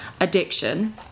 addiction